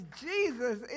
Jesus